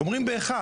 גומרים ב-13:00.